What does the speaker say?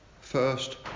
first